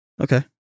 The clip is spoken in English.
Okay